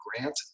grant